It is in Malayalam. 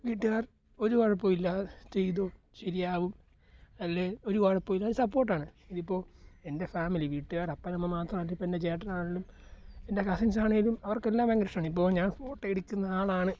വീട്ടുകാർ ഒരു കുഴപ്പമോ ഇല്ല ചെയ്തോ ശരിയാകും അല്ലേ ഒരു കുഴപ്പമോ ഇല്ല സപ്പോർട്ടാണ് ഇതിപ്പോൾ എൻ്റെ ഫാമിലി വീട്ടുകാർ അപ്പനമ്മ മാത്രമല്ല ഇപ്പോൾ എൻ്റെ ചേട്ടനാണേലും എൻ്റെ കസിൻസാണേലും അവർക്കെല്ലാം ഭയങ്കര ഇഷ്ടമാണ് ഇപ്പോൾ ഞാൻ ഫോട്ടോ എടുക്കുന്ന ആളാണ്